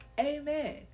Amen